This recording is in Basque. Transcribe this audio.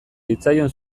zitzaion